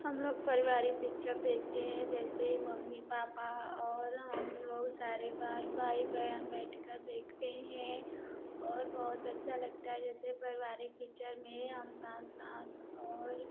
हम लोग परिवारिक पिक्चर देखते हैं जैसे मम्मी पापा और हम लोग सारे भाई भाई बहन बैठकर देखते ही हैं और बहुत अच्छा लगता है जैसे परिवारिक पिक्चर में हम साथ साथ और